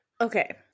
Okay